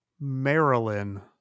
Marilyn